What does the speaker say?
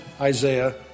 Isaiah